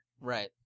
Right